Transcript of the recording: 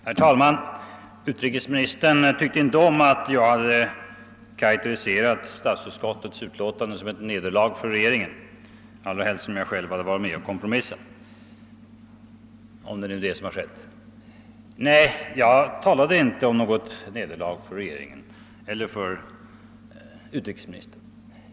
Herr talman! Utrikesministern tyckte inte om att jag hade karakteriserat statsutskottets utlåtande som ett nederlag för regeringen, allra helst som jag själv hade varit med och kompromissat, om det nu är det som har hänt. Nej, jag talade inte om något nederlag för regeringen eller för utrikesministern.